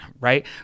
right